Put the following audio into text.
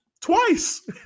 Twice